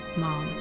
mom